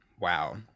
Wow